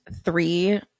three